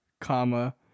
comma